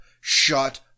shut